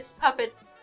Puppets